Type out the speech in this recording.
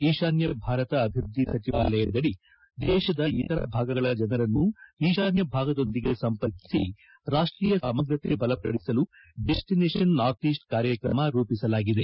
ಈಶಾನ್ಯ ಭಾರತ ಅಭಿವ್ಬದ್ದಿ ಸಚಿವಾಲಯದದಿ ದೇಶದ ಇತರ ಭಾಗಗಳ ಜನರನ್ನು ಈಶಾನ್ಯ ಭಾಗದೊಂದಿಗೆ ಸಂಪರ್ಕಿಸಿ ರಾಷ್ಟೀಯ ಸಮಗ್ರತೆ ಬಲಪದಿಸಲು ಡೆಸ್ಸಿನೇಷನ್ ನಾರ್ತ್ ಈಸ್ಟ್ ಕಾರ್ಯಕ್ರಮ ರೂಪಿಸಲಾಗಿದೆ